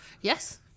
Yes